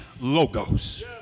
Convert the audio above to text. logos